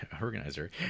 organizer